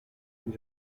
and